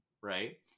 right